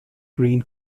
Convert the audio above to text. green